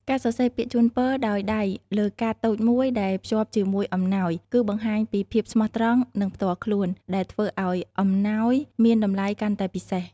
ការសរសេរពាក្យជូនពរដោយដៃលើកាតតូចមួយដែលភ្ជាប់ជាមួយអំណោយ គឺបង្ហាញពីភាពស្មោះត្រង់ និងផ្ទាល់ខ្លួន ដែលធ្វើឲ្យអំណោយមានតម្លៃកាន់តែពិសេស។